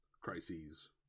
Crises